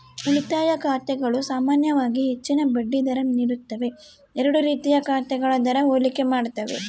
ಉಳಿತಾಯ ಖಾತೆಗಳು ಸಾಮಾನ್ಯವಾಗಿ ಹೆಚ್ಚಿನ ಬಡ್ಡಿ ದರ ನೀಡುತ್ತವೆ ಎರಡೂ ರೀತಿಯ ಖಾತೆಗಳ ದರ ಹೋಲಿಕೆ ಮಾಡ್ತವೆ